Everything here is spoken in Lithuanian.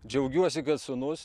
džiaugiuosi kad sūnus